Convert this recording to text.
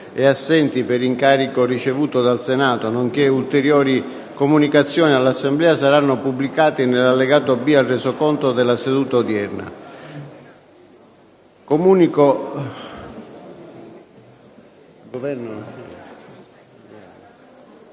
e assenti per incarico ricevuto dal Senato, nonché ulteriori comunicazioni all'Assemblea saranno pubblicati nell'allegato B al Resoconto della seduta odierna.